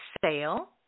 sale